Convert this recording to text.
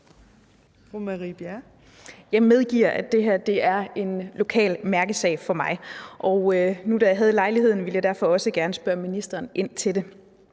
Jeg medgiver, at det her er en lokal mærkesag for mig. Og nu, da jeg havde lejligheden, ville jeg derfor også gerne spørge ind til det